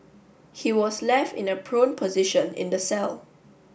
he was left in a prone position in the cell